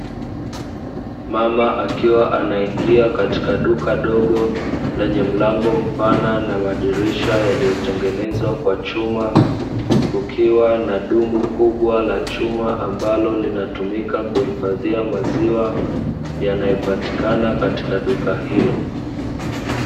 Mama akiwa anaingia katika duka dogo lenye mlango mpana na madirisha yaliyotengenezwa kwa chuma, kukiwa na dumu kubwa la chuma ambalo linatumika kuhifadhia maziwa yanayopatikana katika duka hilo.